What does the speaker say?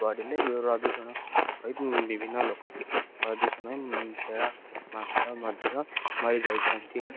ପଡ଼ିଲେ ପ୍ରଦୂଷଣ ହୋଇ ବିଭିନ୍ନ ଲୋକ ପ୍ରଦୂଷଣ ହୋଇ ସେଡ଼ା ମାଛ ମଧ୍ୟ ମରିଯାଇଥାନ୍ତି